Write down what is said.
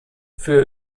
für